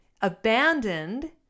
abandoned